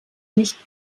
nicht